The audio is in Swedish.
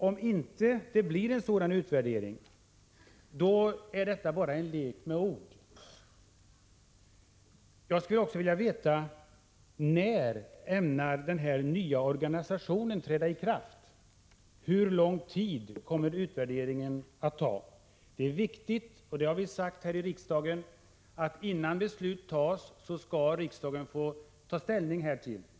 Om det inte blir någon sådan utvärdering, är detta med försöksverksamhet bara en lek med ord. När kommer den nya organisationen att träda i kraft? Hur lång tid kommer utvärderingen att ta? Innan beslut fattas är det viktigt — det har vi betonat här i riksdagen — att riksdagen får ta ställning.